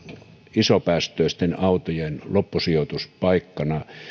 isopäästöisten autojen loppusijoituspaikkana